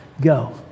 go